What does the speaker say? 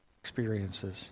experiences